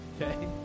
Okay